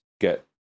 get